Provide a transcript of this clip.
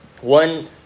one